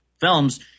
films